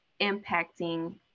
impacting